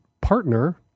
partner